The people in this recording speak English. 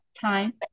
time